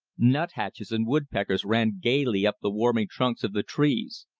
nut-hatches and wood-peckers ran gayly up the warming trunks of the trees.